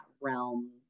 realm